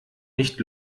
nicht